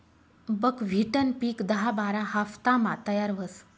बकव्हिटनं पिक दहा बारा हाफतामा तयार व्हस